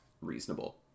reasonable